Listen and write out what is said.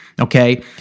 Okay